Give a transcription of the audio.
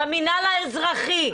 במינהל האזרחי,